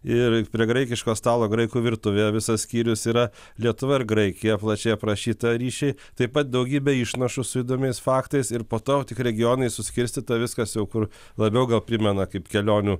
ir prie graikiško stalo graikų virtuvė visas skyrius yra lietuva ir graikija plačiai aprašytą ryšį taip pat daugybė išnašų su įdomiais faktais ir po to tik regionais suskirstyta viskas jau kur labiau gal primena kaip kelionių